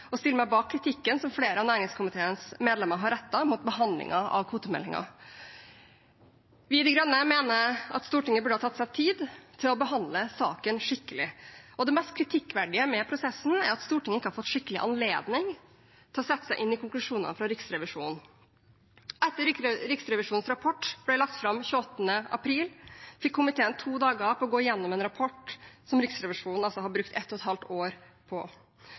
og stille meg bak kritikken som flere av næringskomiteens medlemmer har rettet mot behandlingen av kvotemeldingen. Vi i Miljøpartiet De Grønne mener at Stortinget burde ha tatt seg tid til å behandle saken skikkelig. Det mest kritikkverdige med prosessen er at Stortinget ikke har fått skikkelig anledning til å sette seg inn i konklusjonene til Riksrevisjonen. Etter at Riksrevisjonens rapport ble lagt fram 28. april, fikk komiteen to dager på å gå igjennom en rapport som Riksrevisjonen altså har brukt ett og et halvt år på.